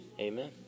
amen